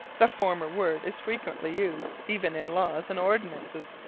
the former word is frequently used, even in laws and ordinances,